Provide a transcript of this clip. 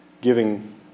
giving